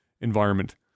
environment